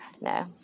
No